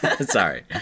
Sorry